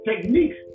techniques